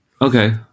Okay